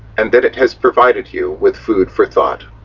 and that it has provided you with food for thought.